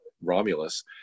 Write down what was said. romulus